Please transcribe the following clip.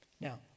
Now